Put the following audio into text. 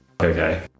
okay